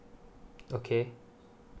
okay